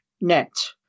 net